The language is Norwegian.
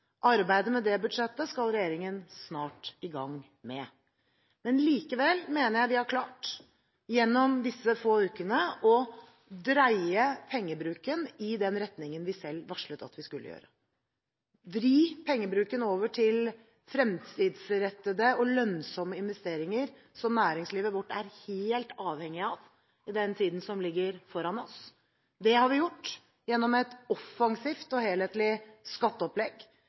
Arbeidet med det budsjettet skal regjeringen snart i gang med, men likevel mener jeg vi har klart gjennom disse få ukene å dreie pengebruken i den retningen vi selv varslet at vi skulle gjøre, vri pengebruken over til fremtidsrettede og lønnsomme investeringer som næringslivet vårt er helt avhengig av i tiden som ligger foran oss. Det har vi gjort gjennom et offensivt og helhetlig skatteopplegg,